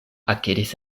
akiris